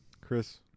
Chris